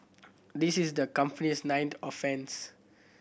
this is the company's ninth offence